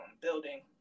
building